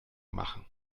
machen